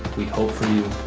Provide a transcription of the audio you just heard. we hope for you.